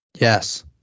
Yes